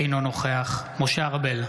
אינו נוכח משה ארבל,